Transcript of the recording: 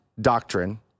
doctrine